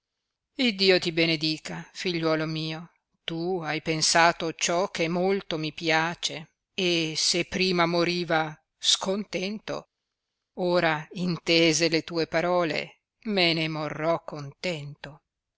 iddio ti benedica figliuolo mio tu hai pensato ciò che molto mi piace e se prima moriva scontento ora intese le tue parole me ne morrò contento